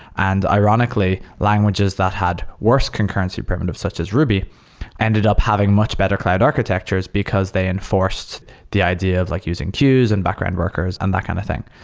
and ironically, languages that had worse concurrency primitives such as ruby ended up having much better cloud architectures because they enforced the idea of like using cues and background workers and that kind of thing.